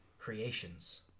creations